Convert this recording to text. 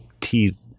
teeth